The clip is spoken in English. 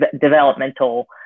developmental